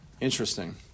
Interesting